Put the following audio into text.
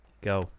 Go